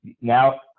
now